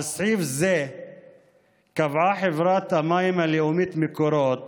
על סעיף זה קבעה חברת המים הלאומית מקורות